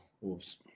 Wolves